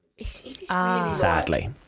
sadly